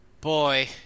Boy